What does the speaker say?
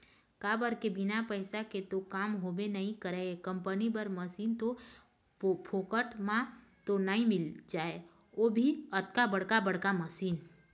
काबर के बिना पइसा के तो काम होबे नइ करय कंपनी बर मसीन तो फोकट म तो नइ मिल जाय ओ भी अतका बड़का बड़का मशीन